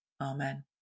Amen